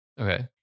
okay